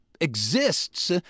exists